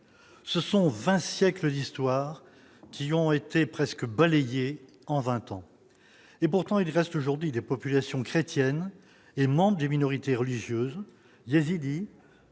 ce sont 20 siècles d'histoire qui ont été presque balayé en 20 ans, et pourtant il vaste aujourd'hui des populations chrétiennes et membres de minorités religieuses yazidis